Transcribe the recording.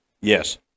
Yes